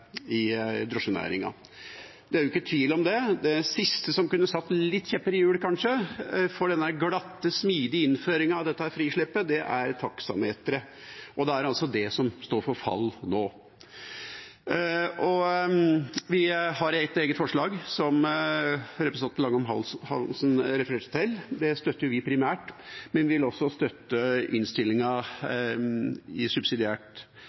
i drosjenæringa. Det er jo ikke tvil om det. Det siste som kanskje kunne satt noen kjepper i hjulene for denne glatte, smidige innføringa av dette frislippet, er taksameteret, og det er altså det som står for fall nå. Vi har et eget forslag, som representanten Langholm Hansen refererte til, og det støtter vi primært, men vi vil også støtte innstillinga